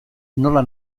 nola